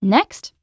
Next